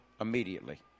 immediately